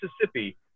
Mississippi